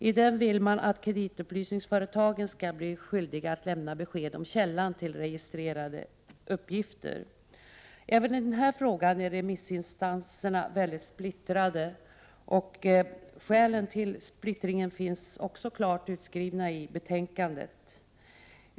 I den vill reservanterna att kreditupplysningsföretagen skall bli skyldiga att lämna besked om källan till registrerade uppgifter. 141 Även i den frågan är remissinstanserna mycket splittrade. Skälen till 15 december 1988 splittringen finns också klart angivna i betänkandet.